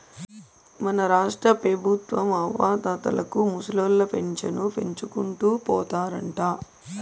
మన రాష్ట్రపెబుత్వం అవ్వాతాతలకు ముసలోళ్ల పింఛను పెంచుకుంటూ పోతారంట